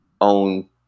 own